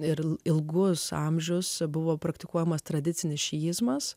ir ilgus amžius buvo praktikuojamas tradicinis šiizmas